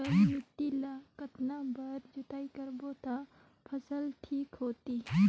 काली माटी ला कतना बार जुताई करबो ता फसल ठीक होती?